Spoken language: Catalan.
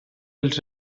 els